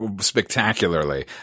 spectacularly